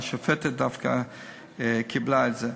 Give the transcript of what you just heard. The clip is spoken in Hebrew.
השופטת דווקא קיבלה את זה.